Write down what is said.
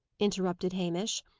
interrupted hamish.